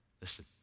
Listen